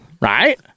Right